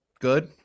good